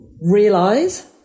realize